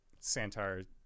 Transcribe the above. Santar